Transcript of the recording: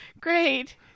Great